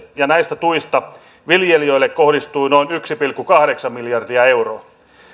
ja näistä tuista viljelijöille kohdistui noin yksi pilkku kahdeksan miljardia euroa